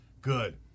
Good